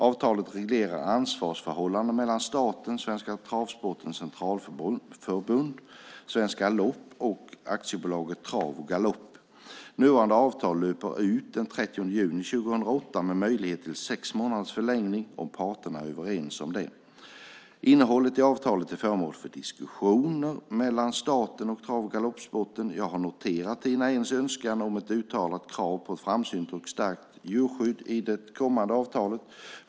Avtalet reglerar ansvarsförhållandena mellan staten, Svenska Travsportens Centralförbund, Svensk Galopp och AB Trav och Galopp. Nuvarande avtal löper ut den 30 juni 2008, med möjlighet till sex månaders förlängning om parterna är överens om det. Innehållet i avtalet är föremål för diskussioner mellan staten och trav och galoppsporten. Jag har noterat Tina Ehns önskan om ett uttalat krav på ett framsynt och starkt djurskydd i det kommande avtalet.